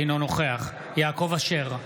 אינו נוכח יעקב אשר,